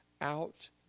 out